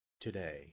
today